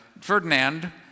Ferdinand